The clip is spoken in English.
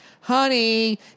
honey